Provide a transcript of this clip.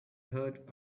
heard